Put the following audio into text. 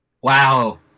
Wow